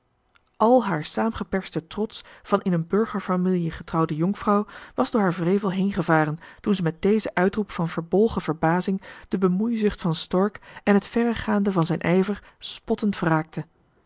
al haar saamgeperste trots van in een burgerfamielje getrouwde jonkvrouw was door haar wrevel heengevaren toen ze met dezen uitroep van verbolgen verbazing de bemoeizucht van stork en het verregaande van zijn ijver spottend wraakte